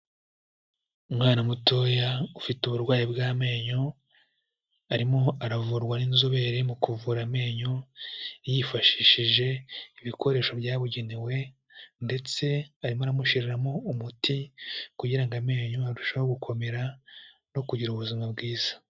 Umwana mutoya ufite uburwayi bw'amenyo, arimo aravurwa n'inzobere mu kuvura amenyo, yifashishije ibikoresho byabugenewe ndetse arimo aramushiriramo umuti kugira ngo amenyo arusheho gukomera no kugira ubuzima bwiza.